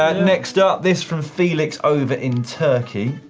ah next up, this from felix over in turkey.